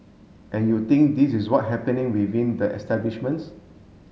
and you think this is what happening within the establishments